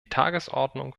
tagesordnung